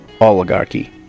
oligarchy